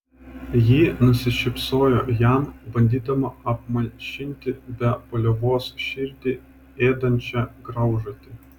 ji nusišypsojo jam bandydama apmalšinti be paliovos širdį ėdančią graužatį